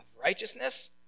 righteousness